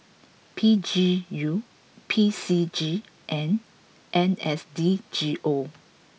P G U P C G and N S D G O